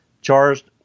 charged